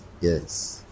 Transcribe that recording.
Yes